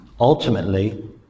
ultimately